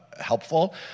helpful